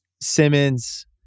Simmons